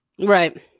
Right